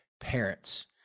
parents